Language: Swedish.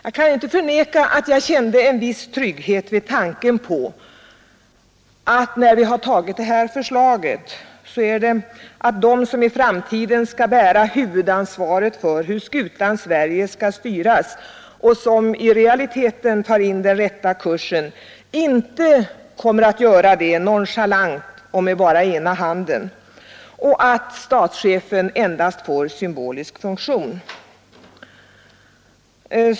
Jag kan inte förneka att jag kände en viss trygghet vid tanken på att de som när detta förslag genomförts skall bära huvudansvaret för hur ”skutan Sverige” skall styras och som i realiteten tar in den rätta kursen inte får göra det nonchalant och med bara ena handen — och vid tanken på att statschefen endast får symbolisk funktion.